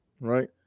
right